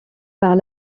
par